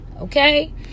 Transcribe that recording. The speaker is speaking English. okay